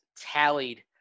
tallied